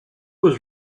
was